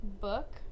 book